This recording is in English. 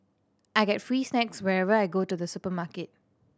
I get free snacks whenever I go to the supermarket